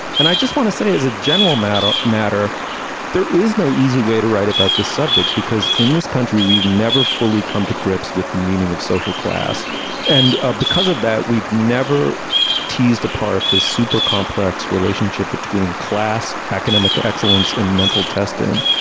and i just want to say as a general matter matter there is no easy way to write about this subject because in this country we have never fully come to grips with the meaning of social class and ah because of that we've never teased apart the super complex relationship between class economic excellence and mental testing.